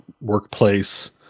workplace